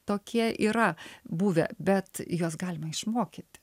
tokie yra buvę bet juos galima išmokyti